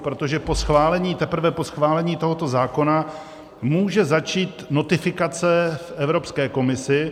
Protože po schválení, teprve po schválení tohoto zákona může začít notifikace v Evropské komisi.